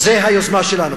זו היוזמה שלנו.